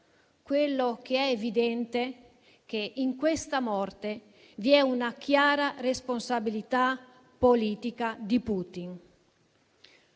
È comunque evidente che in questa morte vi è una chiara responsabilità politica di Putin.